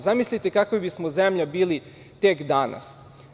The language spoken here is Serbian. Zamislite kakva bismo zemlja bili tek danas.